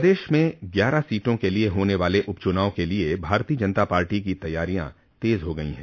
प्रदेश में ग्यारह सीटों के लिये होने वाले उपचूनाव के लिये भारतीय जनता पार्टी की तैयारियां तेज हो गई हैं